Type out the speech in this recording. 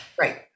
Right